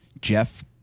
Jeff